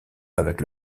avec